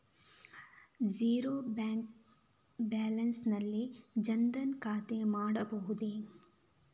Zero balance ನಲ್ಲಿ ಜನ್ ಧನ್ ಖಾತೆ ಮಾಡಬಹುದೇ?